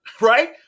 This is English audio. right